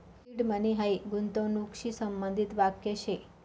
seed money हायी गूंतवणूकशी संबंधित वाक्य शे